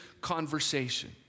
conversation